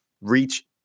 reach